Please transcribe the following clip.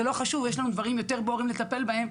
זה לא חשוב; יש לנו דברים יותר בוערים לטפל בהם,